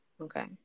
okay